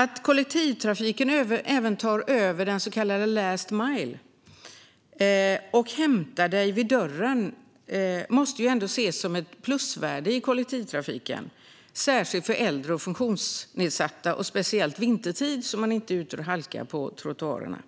Att kollektivtrafiken även övertar den så kallade last mile och hämtar dig vid dörren måste ändå ses som ett plusvärde, särskilt för äldre och funktionsnedsatta och speciellt vintertid så att man inte är ute och halkar på trottoarerna.